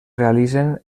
realitzen